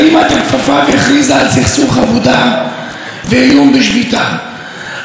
אני מקווה שיושב-ראש ההסתדרות ילך עד הסוף מול שר האוצר ולא יוותר.